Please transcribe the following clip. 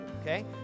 okay